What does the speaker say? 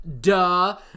duh